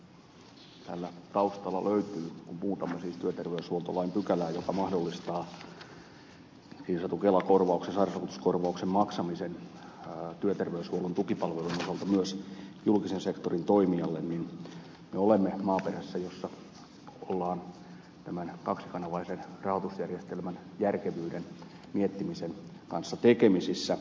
kun muutamme siis työterveyshuoltolain pykälää joka mahdollistaa niin sanotun kelakorvauksen sairausvakuutuskorvauksen maksamisen työterveyshuollon tukipalveluiden osalta myös julkisen sektorin toimijalle niin me olemme maaperällä jossa ollaan tämän kaksikanavaisen rahoitusjärjestelmän järkevyyden miettimisen kanssa tekemisissä